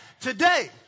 today